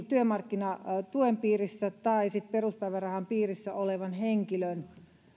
työmarkkinatuen piirissä tai peruspäivärahan piirissä olevan henkilön